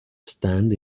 stand